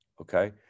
Okay